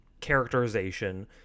characterization